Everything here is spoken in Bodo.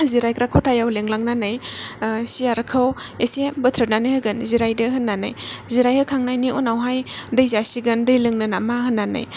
जिरायग्रा खथायाव लिंलांनानै सियारखौ एसे बोथ्रोदनानै होगोन जिरायदो होननानै जिराय होखांनायनि उनावहाय दै जासिगोन दै लोंनो नामा होननानै